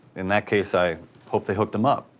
in that case, i hope they hooked him up.